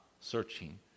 searching